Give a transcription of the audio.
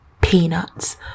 peanuts